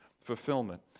fulfillment